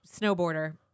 snowboarder